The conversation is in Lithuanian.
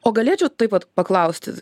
o galėčiau taip pat paklausti